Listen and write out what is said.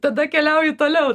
tada keliauju toliau